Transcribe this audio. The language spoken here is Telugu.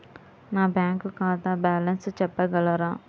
నా బ్యాంక్ ఖాతా బ్యాలెన్స్ చెప్పగలరా?